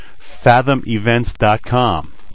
Fathomevents.com